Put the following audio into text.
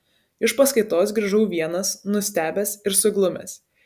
iš paskaitos grįžau vienas nustebęs ir suglumęs